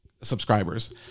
subscribers